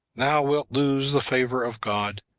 thou wilt lose the favor of god,